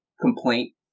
complaint